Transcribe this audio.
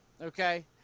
Okay